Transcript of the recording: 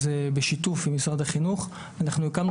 אז בשיתוף עם משרד החינוך אנחנו הקמנו